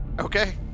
Okay